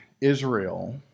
Israel